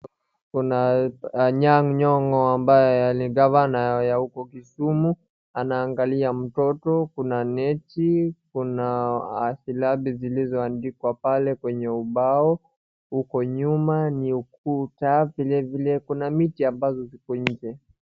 Kuna Anyang' Nyong'o ambaye ni gavana ya huko Kisumu, anaangalia mtoto, kuna neti, kuna silabi zilizoandikwa pale kwenye ubao, huko nyuma ni ukuta. Vilevile kuna miti ambazo ziko nje.